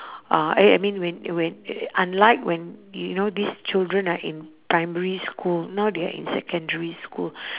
uh I I mean when when unlike when you know these children are in primary school now they're in secondary school